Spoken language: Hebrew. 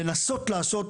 לנסות לעשות,